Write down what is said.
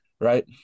Right